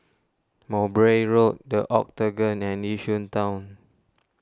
Mowbray Road the Octagon and Yishun Town